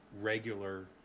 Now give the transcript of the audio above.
regular